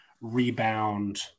rebound